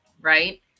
right